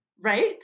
right